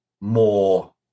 more